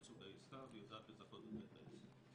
סוג העסקה ויודעת לזכות את בית העסק.